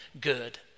good